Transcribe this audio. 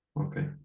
Okay